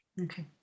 Okay